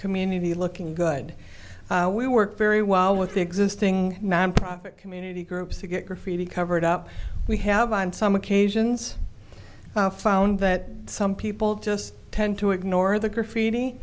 community looking good we work very well with the existing nonprofit community groups to get graffiti covered up we have on some occasions found that some people just tend to ignore the graffiti